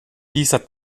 dieser